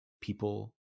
people